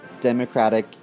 Democratic